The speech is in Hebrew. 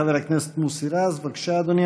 חבר הכנסת מוסי רז, בבקשה, אדוני.